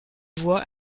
voix